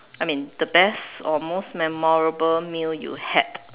I mean the best or most memorable meal you had